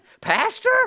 Pastor